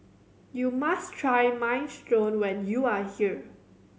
you must try Minestrone when you are here